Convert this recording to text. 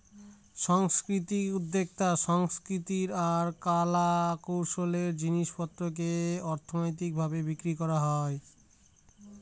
সাংস্কৃতিক উদ্যক্তাতে সাংস্কৃতিক আর কলা কৌশলের জিনিস পত্রকে অর্থনৈতিক ভাবে বিক্রি করা হয়